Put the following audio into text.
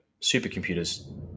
supercomputers